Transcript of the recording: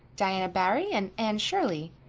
diana barry? and anne shirley?